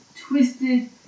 twisted